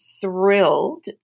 thrilled